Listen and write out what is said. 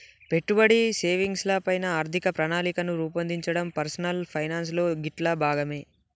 పెట్టుబడి, సేవింగ్స్ ల పైన ఆర్థిక ప్రణాళికను రూపొందించడం పర్సనల్ ఫైనాన్స్ లో గిట్లా భాగమే